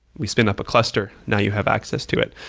we spin up a cluster. now, you have access to it.